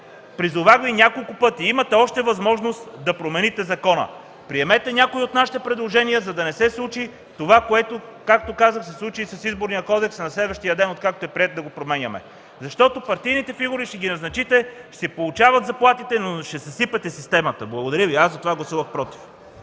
призовах Ви няколко пъти: имате още възможност да промените закона! Приемете някои от нашите предложения, за да не се случи това, което, както казах, се случи с Изборния кодекс – на следващия ден, откакто е приет, да го променяме. Защото ще назначите партийните фигури, ще си получават заплатите, но ще съсипете системата. Затова гласувах „против”.